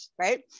Right